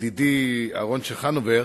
ידידי אהרן צ'חנובר.